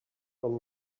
from